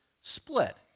split